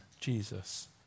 Jesus